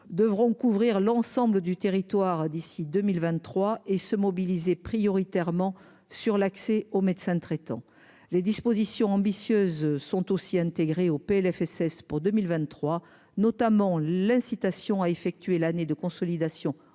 devront couvrir l'ensemble du territoire d'ici 2023 et se mobiliser prioritairement sur l'accès au médecin traitant les dispositions ambitieuses sont aussi intégrée au Plfss pour 2023, notamment l'incitation à effectuer l'année de consolidation en